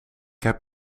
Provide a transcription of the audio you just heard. heb